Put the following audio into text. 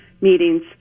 meetings